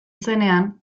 zenean